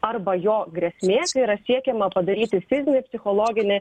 arba jo grėsmė yra siekiama padaryti fizinį psichologinį